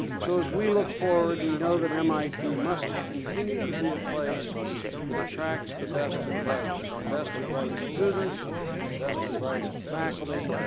so as we look forward, we know that mit must continue to be a place that attracts the best and brightest the best and brightest students, the best and brightest faculty,